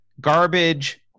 Garbage